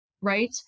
right